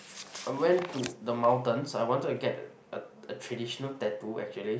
I went to the mountains I wanted to get a a a traditional tattoo actually